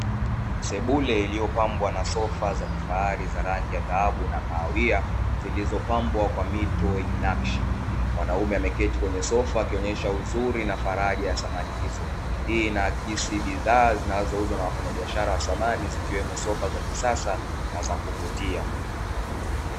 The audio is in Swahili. Sebule iliyopandwa na sofa za kifahari za rangi ya dhahabu na kahawia zilizopambwa kwa mito yenye nakshi, mwanaume ameketi kwenye sofa akionyesha uzuri na faraja ya samani hizo, hii inaakisi bidhaa zinazouzwa na wafanyibiashara wa samani zikiwemo sofa za kisasa na za kuvutia.